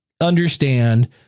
understand